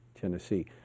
Tennessee